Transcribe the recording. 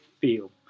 feel